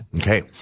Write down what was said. Okay